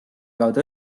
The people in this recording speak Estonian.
kaudu